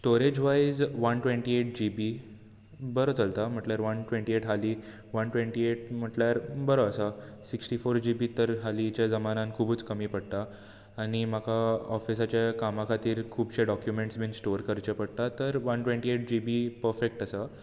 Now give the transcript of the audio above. storage wise one twenty eight GB बरो चलता म्हटल्यार वन ट्वेंन्टी एट हालीं वन ट्वेंन्टी एट म्हटल्यार बरो आसा सीक्टी फोर जीबी तर हालींच्या जमान्यांत खुबूच कमी पडटा आनी म्हाका ऑफिसाच्या कामा खातीर खुबशे डाॅक्यूमेंट्स बी स्टोर करचे पडटात तर one twenty eight GB perfect आसा